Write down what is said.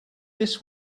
this